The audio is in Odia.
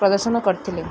ପ୍ରଦର୍ଶନ କରିଥିଲେ